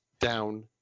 down